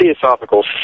Theosophical